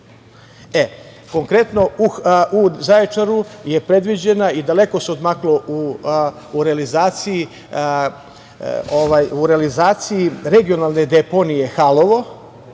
konkretno u Zaječaru je predviđena i daleko se odmaklo u realizaciji regionalne deponije „Halovo“